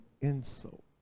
insult